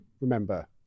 remember